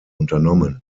unternommen